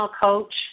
coach